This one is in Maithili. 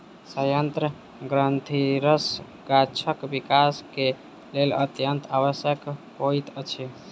सयंत्र ग्रंथिरस गाछक विकास के लेल अत्यंत आवश्यक होइत अछि